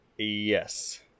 yes